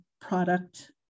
product